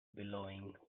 billowing